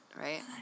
right